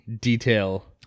detail